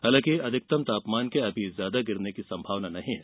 हालांकि अधिकतम तापमान के अभी ज्यादा गिरने की संभावना नहीं है